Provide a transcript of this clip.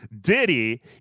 Diddy